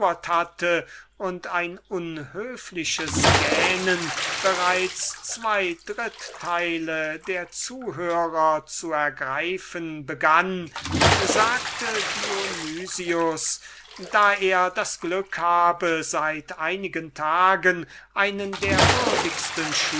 hatte und ein unhöfliches gähnen bereits zwei dritteile der zuhörer zu ergreifen begann sagte dionys da er das glück habe seit einigen tagen einen der würdigsten